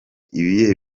ibihe